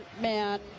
man